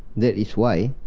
that is why,